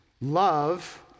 Love